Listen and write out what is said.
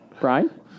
Brian